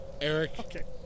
Eric